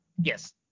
Yes